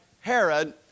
Herod